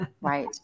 Right